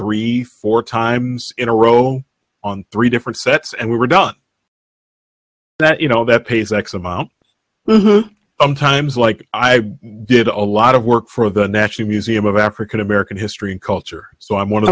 three four times in a row on three different sets and we were done that you know that pays x amount i'm times like i did a lot of work for the national museum of african american history and culture so i'm one of